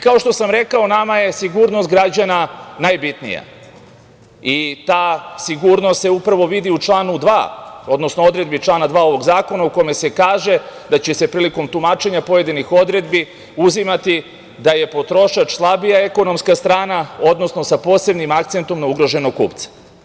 Kao što sam rekao, nama je sigurnost građana najbitnija i ta sigurnost se upravo vidi u članu 2, odnosno odredbi člana 2. ovog zakona u kome se kaže da će se prilikom tumačenja pojedinih odredbi uzimati da je potrošač slabija ekonomska strana, odnosno sa posebnim akcentom na ugroženog kupca.